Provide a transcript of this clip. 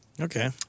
Okay